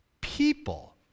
people